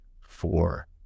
four